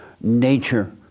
nature